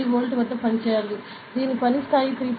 3 వోల్ట్ల వద్ద పనిచేయాలి దీని పని స్థాయి 3